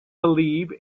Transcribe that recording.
believe